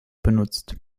benutzt